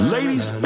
Ladies